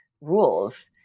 rules